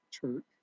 church